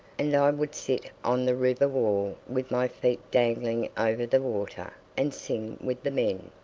and i would sit on the river-wall with my feet dangling over the water and sing with the men,